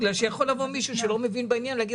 בגלל שיכול לבוא מישהו שלא מבין בעניין ולומר,